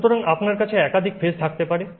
সুতরাং আপনার কাছে একাধিক ফেজ থাকতে পারে